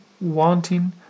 wanting